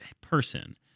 person